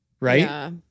right